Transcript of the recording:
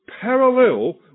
parallel